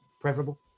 Preferable